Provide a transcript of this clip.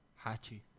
Hachi